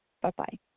Bye-bye